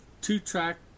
two-track